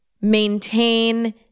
maintain